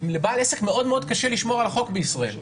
לבעל עסק מאוד קשה לשמור על החוק בישראל.